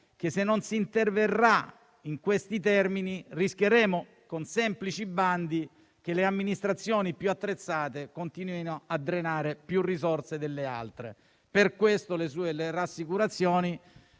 se non si interverrà in questi termini rischieremo, con semplici bandi, che le amministrazioni più attrezzate continuino a drenare più risorse delle altre. Per questo mi dichiaro